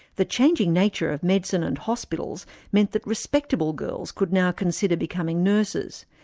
the changing nature of medicine and hospitals meant that respectable girls could now consider becoming nurses,